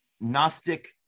Gnostic